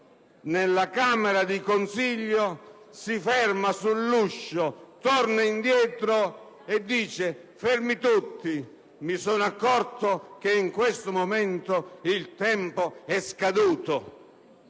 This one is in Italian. in camera di consiglio, il giudice si fermi sull'uscio, torni indietro e dica: «Fermi tutti, mi sono accorto che in questo momento il tempo è scaduto»?